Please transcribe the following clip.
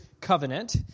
covenant